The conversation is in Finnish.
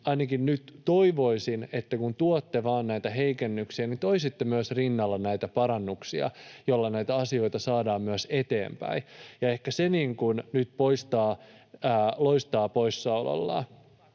toivoisin ainakin, että kun tuotte vain näitä heikennyksiä, niin toisitte myös rinnalla näitä parannuksia, joilla näitä asioita saadaan myös eteenpäin. Ehkä se nyt loistaa poissaolollaan.